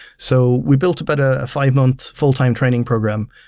so we built about a five-months full-time training program,